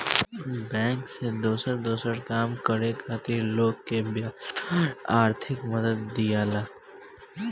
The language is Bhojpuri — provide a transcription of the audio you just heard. बैंक से दोसर दोसर काम करे खातिर लोग के ब्याज पर आर्थिक मदद दियाला